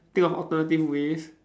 think of alternative ways